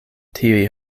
tiuj